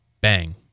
bang